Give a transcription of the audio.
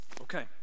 Okay